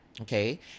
Okay